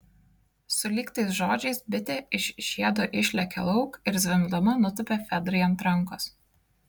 sulig tais žodžiais bitė iš žiedo išlėkė lauk ir zvimbdama nutūpė fedrai ant rankos